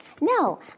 No